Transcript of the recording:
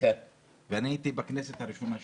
ואני הייתי בכנסת הראשונה שלי.